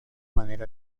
manera